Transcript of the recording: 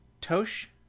tosh